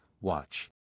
watch